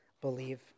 believe